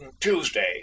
tuesday